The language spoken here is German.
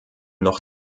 noch